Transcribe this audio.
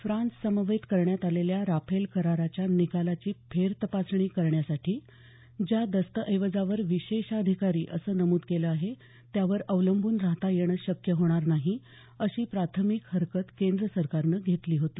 France समवेत करण्यात आलेल्या राफेल कराराच्या निकालाची फेरतपासणी करण्यासाठी ज्या दस्तऐवजावर विशेषाधिकारी असं नमूद केलं आहे त्यावर अवलंबून राहता येणं शक्य होणार नाही अशी प्राथमिक हरकत केंद्र सरकारनं घेतली होती